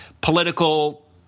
political